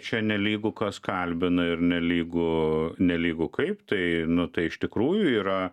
čia nelygu kas kalbina ir nelygu nelygu kaip tai nu tai iš tikrųjų yra